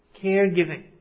Caregiving